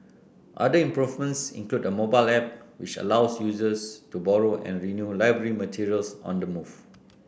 other improvements include a mobile app which allows users to borrow and renew library materials on the move